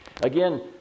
Again